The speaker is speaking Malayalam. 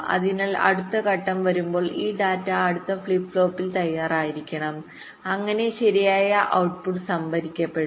അതിനാൽ അടുത്ത ഘട്ടം വരുമ്പോൾ ഈ ഡാറ്റ അടുത്ത ഫ്ലിപ്പ് ഫ്ലോപ്പിൽ തയ്യാറായിരിക്കണം അങ്ങനെ ശരിയായ ഔട്ട്പുട് സംഭരിക്കപ്പെടും